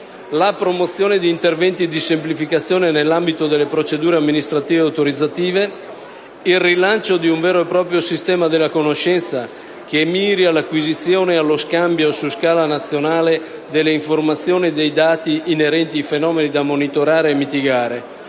la promozione di interventi di semplificazione nell'ambito delle procedure amministrative e autorizzative; il rilancio di un vero e proprio sistema della conoscenza che miri all'acquisizione e allo scambio su scala nazionale delle informazioni e dei dati inerenti i fenomeni da monitorare e mitigare